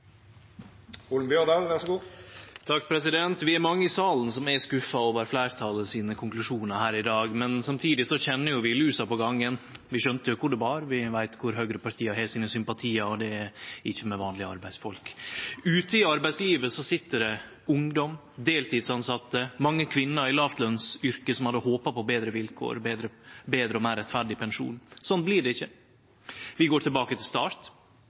Vi er mange i salen som er skuffa over konklusjonane til fleirtalet her i dag, men samtidig kjenner vi jo lusa på gangen. Vi skjønte jo kor det bar, vi veit kor høgrepartia har sympatiane sine – og det er ikkje med vanlege arbeidsfolk. Ute i arbeidslivet sit det ungdom, deltidstilsette og mange kvinner i låglønsyrke som hadde håpa på betre vilkår, på ein betre og meir rettferdig pensjon. Sånn blir det ikkje, vi går tilbake til start.